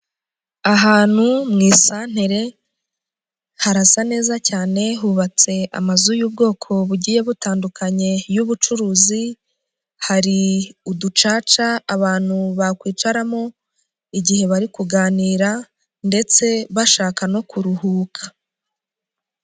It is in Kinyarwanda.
Ahantu mu isantere harasa neza cyane hubatse amazu y'ubwoko bugiye butandukanye y'ubucuruzi, hari uducaca abantu bakwicaramo igihe bari kuganira, ndetse bashaka no kuruhuka.